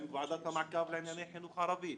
עם ועדת המעקב לענייני חינוך ערבי,